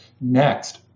Next